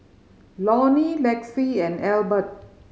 Lonny Lexie and Elbert